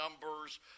numbers